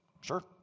sure